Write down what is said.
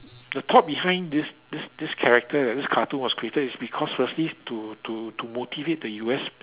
the thought behind this this this character that this cartoon was created is because firstly is to to to motivate the U_S